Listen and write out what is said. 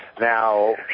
Now